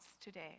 today